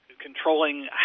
controlling